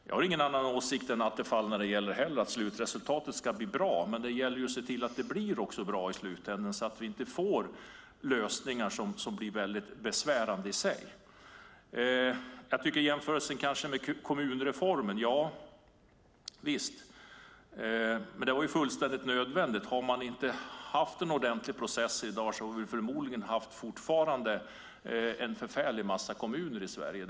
Jag har ingen annan åsikt än Attefall om att slutresultatet ska vara bra. Men det gäller att se till att det blir bra i slutändan, så att inte lösningarna blir besvärande. Sedan var det frågan om jämförelsen med kommunreformen. Den var fullständigt nödvändig. Om det inte hade varit en ordentligt process då hade det förmodligen fortfarande funnits en förfärlig massa kommuner i Sverige.